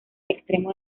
extremo